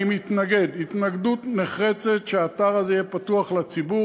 אני מתנגד התנגדות נחרצת שהאתר הזה יהיה פתוח לציבור,